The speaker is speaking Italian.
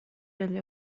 dagli